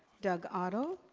doug otto.